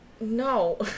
No